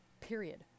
period